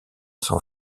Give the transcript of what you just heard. son